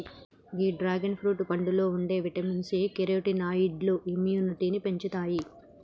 గీ dragon fruit పండులో ఉండే vitamin C, కెరోటినాయిడ్లు ఇమ్యునిటీని పెంచుతాయి